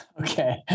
Okay